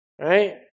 Right